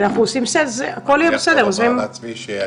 אני